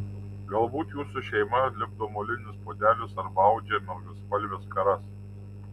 galbūt jūsų šeima lipdo molinius puodelius arba audžia margaspalves skaras